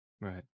Right